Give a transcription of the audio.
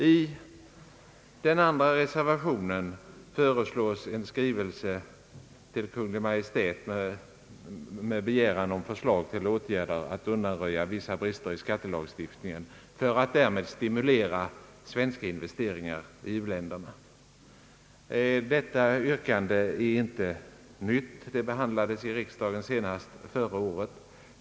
I den andra reservationen föreslås en skrivelse till Kungl. Maj:t med begäran om förslag till åtgärder i syfte att undanröja vissa brister i skattelagstiftningen för att därmed stimulera svenska investeringar i u-länderna. Detta yrkande är inte nytt. Det behandlades i riksdagen senast förra året.